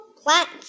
plants